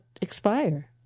expire